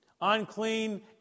Unclean